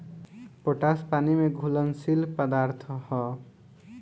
potash पानी में घुलनशील पदार्थ ह